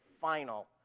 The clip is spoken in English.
final